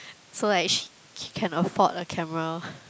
so like sh~ she can afford a camera